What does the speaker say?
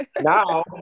Now